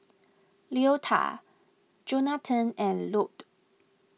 Leota Jonatan and Lorne